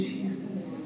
Jesus